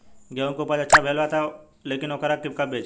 गेहूं के उपज अच्छा भेल बा लेकिन वोकरा के कब बेची?